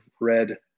read